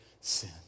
sin